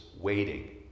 waiting